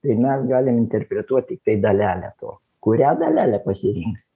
tai mes galim interpretuot tiktai dalelę to kurią dalelę pasirinksi